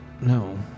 No